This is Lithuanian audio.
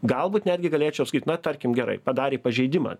galbūt netgi galėčiau sakyt na tarkim gerai padarė pažeidimą